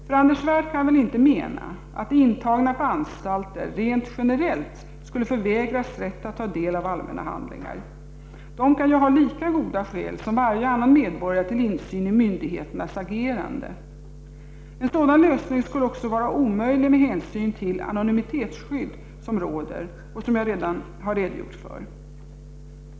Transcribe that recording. För Anders Svärd kan väl inte mena att intagna på anstalter rent generellt skulle förvägras rätt att ta del av allmänna handlingar? De kan ju ha lika goda skäl som varje annan medborgare till insyn i myndigheternas agerande. En sådan lösning skulle också var omöjlig med hänsyn till det anonymitetsskydd som råder och som jag har redogjort för.